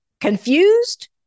confused